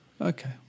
Okay